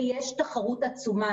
ויש תחרות עצומה.